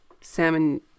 Salmon